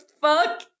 fuck